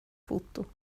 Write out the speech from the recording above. foto